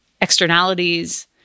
externalities